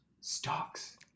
stocks